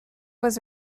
was